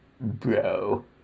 bro